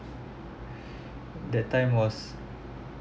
that time was